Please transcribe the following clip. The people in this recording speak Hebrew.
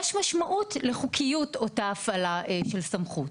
יש משמעות לחוקיות אותה הפעלה של סמכות.